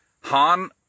Han